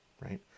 right